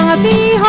ah be